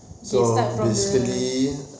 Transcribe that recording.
okay start from the